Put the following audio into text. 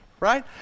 right